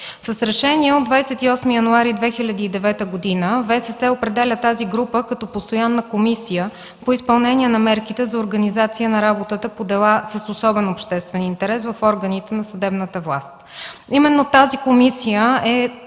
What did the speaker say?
С Решение от 28 януари 2009 г. ВСС определя тази група като Постоянна комисия по изпълнение на мерките за организация на работата по дела с особен обществен интерес в органите на съдебната власт. Именно тази е комисията,